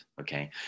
Okay